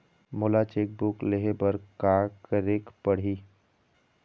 मोला cheque book लेहे बर का केरेक पढ़ही?